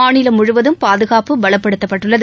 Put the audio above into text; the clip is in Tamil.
மாநிலம் முழுவதும் பாதுகாப்பு பலப்படுத்தப்பட்டுள்ளது